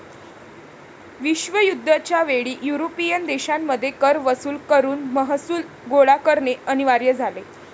विश्वयुद्ध च्या वेळी युरोपियन देशांमध्ये कर वसूल करून महसूल गोळा करणे अनिवार्य झाले